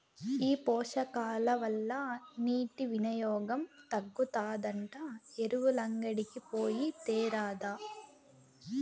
ఈ పోషకాల వల్ల నీటి వినియోగం తగ్గుతాదంట ఎరువులంగడికి పోయి తేరాదా